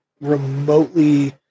remotely